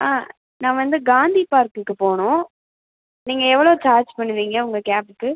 ஆ நான் வந்து காந்தி பார்க்குக்கு போகணும் நீங்கள் எவ்வளோ சார்ஜ் பண்ணுவீங்க உங்கள் கேபுக்கு